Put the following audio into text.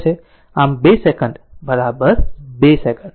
આમ 2 second 2 2 second